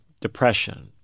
depression